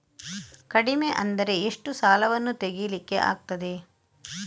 ಕಡಿಮೆ ಅಂದರೆ ಎಷ್ಟು ಸಾಲವನ್ನು ತೆಗಿಲಿಕ್ಕೆ ಆಗ್ತದೆ?